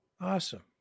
Awesome